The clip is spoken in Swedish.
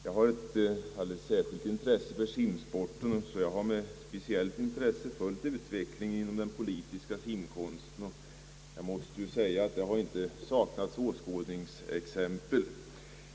Jag har ett alldeles särskilt intresse för simsporten och har därför med specielit intresse följt utvecklingen inom den politiska simkonsten. Jag måste säga att det inte har saknats åskådningsexempel.